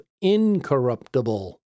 incorruptible